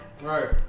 Right